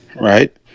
right